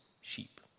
sheep